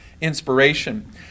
inspiration